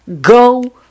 go